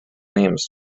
names